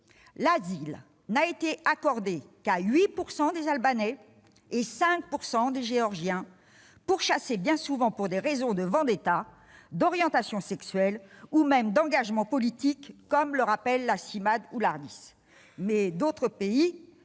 L'asile n'a été accordé qu'à 8 % des Albanais et à 5 % des Géorgiens pourchassés bien souvent pour des raisons de vendetta, d'orientation sexuelle ou même d'engagement politique, comme le rappellent la Cimade ou